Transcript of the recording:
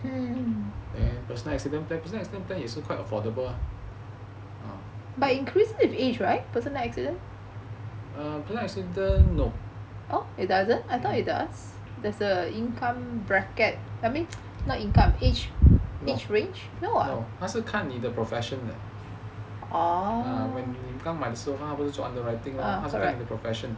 and personal accident plan also quite affordable ah personal accident no no 他是看你的 profession 的 when 你买的时候他不是看 underwriting lah 他是看你的 profession